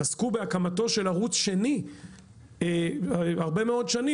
עסקו בהקמתו של הערוץ השני הרבה מאוד שנים,